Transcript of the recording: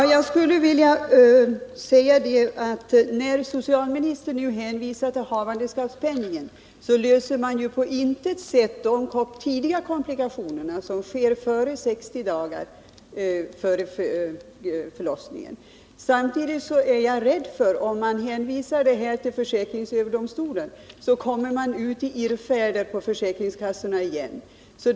Herr talman! Socialministern hänvisar till havandeskapspenningen, men med hjälp av den löser man på intet sätt de tidiga komplikationerna, dvs. sådana som inträffar tidigare än 60 dagar före förlossningen. Samtidigt är jag rädd för att man, om man hänvisar frågan till försäkringsöverdomstolen, i försäkringskassorna återigen kommer ut på irrfärder.